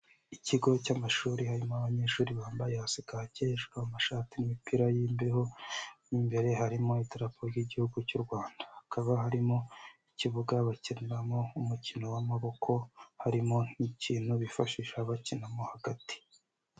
Ikigo cy'amashuri harimo abanyeshuri bambaye hasi kake, hejuru amashati n'imipira y'imbeho, mu imbere harimo idarapo ry'igihugu cy'u Rwanda, hakaba harimo ikibuga bakiniramo umukino w'amaboko, harimo n'ikintu bifashisha bakinamo hagati.